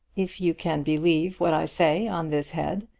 if you can believe what i say on this head,